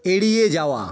এড়িয়ে যাওয়া